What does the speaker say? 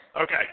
Okay